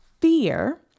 fear